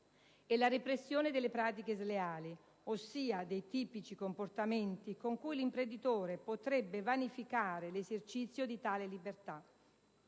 e la repressione delle pratiche sleali, ossia dei tipici comportamenti con cui l'imprenditore potrebbe vanificare l'esercizio di tale libertà.